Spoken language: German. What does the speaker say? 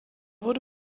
wurde